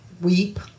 weep